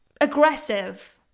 aggressive